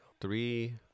Three